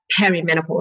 perimenopause